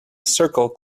circle